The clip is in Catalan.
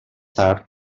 tard